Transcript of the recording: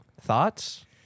Thoughts